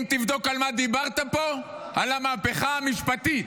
אם תבדוק על מה דיברת פה על המהפכה המשפטית.